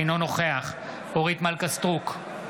אינו נוכח אורית מלכה סטרוק,